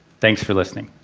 thanks for listening.